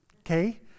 okay